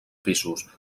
pisos